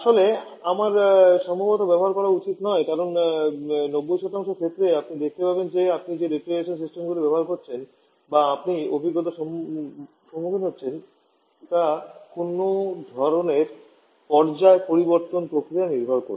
আসলে আমার সম্ভবত ব্যবহার করা উচিত নয় কারণ 90 ক্ষেত্রে আপনি দেখতে পাবেন যে আপনি যে রেফ্রিজারেশন সিস্টেমগুলি ব্যবহার করছেন বা আপনি অভিজ্ঞতার মুখোমুখি হচ্ছেন তা কোনও ধরণের পর্যায় পরিবর্তন প্রক্রিয়া নির্ভর করে